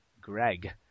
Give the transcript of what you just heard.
Greg